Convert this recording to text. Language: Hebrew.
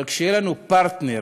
אבל כשיהיה לנו פרטנר